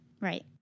Right